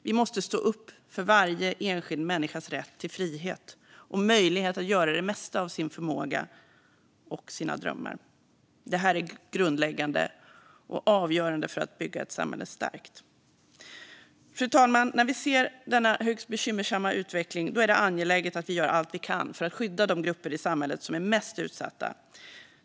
Vi måste stå upp för varje enskild människas rätt till frihet och möjlighet att göra det mesta av sin förmåga och sina drömmar. Det är grundläggande och avgörande för att bygga ett samhälle starkt. Fru talman! När vi ser denna högst bekymmersamma utveckling är det angeläget att vi gör allt vi kan för att skydda de grupper i samhället som är mest utsatta.